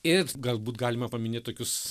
ir galbūt galima paminėt tokius